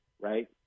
right